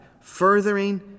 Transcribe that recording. furthering